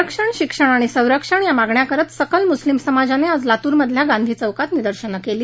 आरक्षण शिक्षण आणि संरक्षण या मागण्या करत सकल मुस्लिम समाजाने आज लातुरमधल्या गांधी चौकात निदर्शनं केली